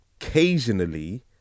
occasionally